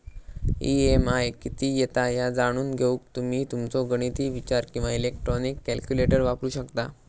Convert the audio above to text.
EMI किती येता ह्या जाणून घेऊक तुम्ही तुमचो गणिती विचार किंवा इलेक्ट्रॉनिक कॅल्क्युलेटर वापरू शकता